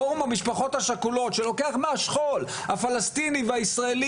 פורום המשפחות השכולות שלוקח מהשכול הפלסטיני והישראלי,